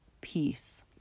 peace